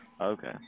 okay